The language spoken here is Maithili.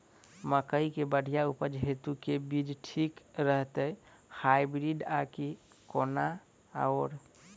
मकई केँ बढ़िया उपज हेतु केँ बीज ठीक रहतै, हाइब्रिड आ की कोनो आओर?